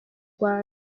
rwanda